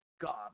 God